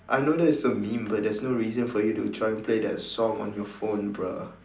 I know that's a meme but there is no reason for you to try and play that song on your phone bruh